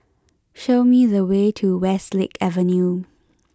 show me the way to Westlake Avenue